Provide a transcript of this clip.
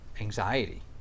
anxiety